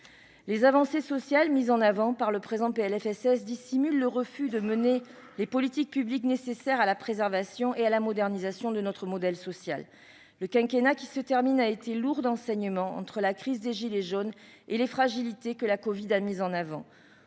Les avancées sociales mises en avant par ce PLFSS dissimulent le refus de mener les politiques publiques nécessaires à la préservation et à la modernisation de notre modèle social. Le quinquennat qui se termine - entre la crise des « gilets jaunes » et les fragilités que la covid-19 a mises en avant